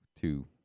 two